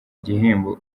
gihembo